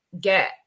get